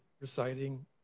reciting